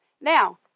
now